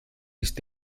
ist